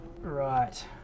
Right